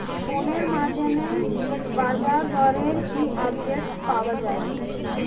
ফোনের মাধ্যমে বাজারদরের কি আপডেট পাওয়া যায়?